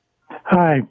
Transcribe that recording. Hi